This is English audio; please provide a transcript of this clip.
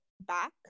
back